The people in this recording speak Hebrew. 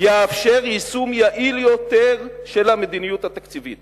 יאפשר יישום יעיל יותר של המדיניות התקציבית